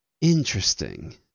Interesting